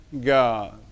God